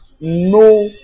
no